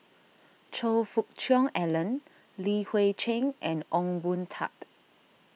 Choe Fook Cheong Alan Li Hui Cheng and Ong Boon Tat